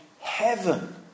heaven